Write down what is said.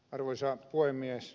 arvoisa puhemies